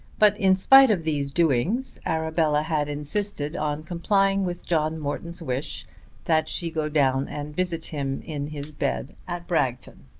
but, in spite of these doings, arabella had insisted on complying with john morton's wish that she go down and visit him in his bed at bragton.